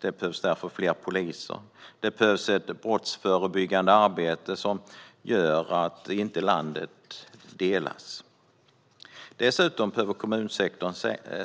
Det behövs därför fler poliser. Det behövs ett brottsförebyggande arbete som gör att landet inte delas. Dessutom behöver kommunsektorn